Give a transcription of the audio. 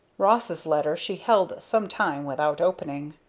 ross's letter she held some time without opening.